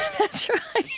that's right.